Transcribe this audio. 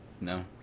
no